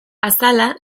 azala